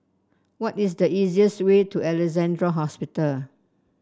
what is the easiest way to Alexandra Hospital